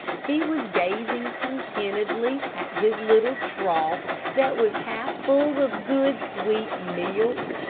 he was gazing contentedly at his little trough that was half full of good, sweet milk.